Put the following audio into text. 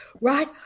Right